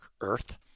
earth